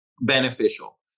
beneficial